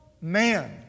man